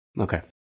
Okay